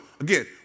again